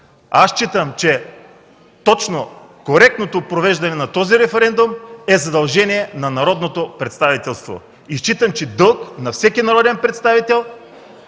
Считам, че коректното провеждане на този референдум е задължение на народното представителство. Считам, че е дълг на всеки народен представител